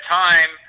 time